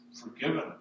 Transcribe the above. forgiven